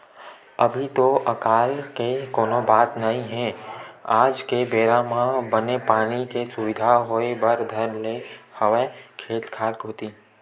अभी तो अकाल के कोनो बात नई हे आज के बेरा म बने पानी के सुबिधा होय बर धर ले हवय खेत खार कोती